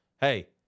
hey